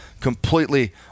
completely